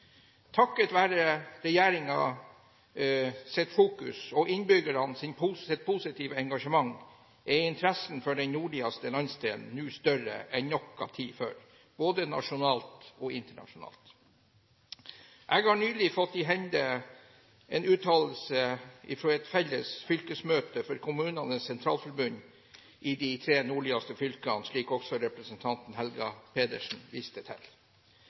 Takket være regjeringens fokus og innbyggernes positive engasjement er interessen for den nordligste landsdelen nå større enn noen gang før, både nasjonalt og internasjonalt. Jeg har nylig fått i hende en uttalelse fra et felles fylkesmøte for KS i de tre nordligste fylkene, slik også representanten Helga Pedersen viste til.